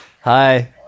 hi